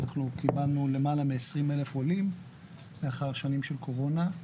אנחנו קיבלנו למעלה מ-20,000 עולים לאחר שנים של קורונה.